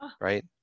right